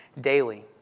daily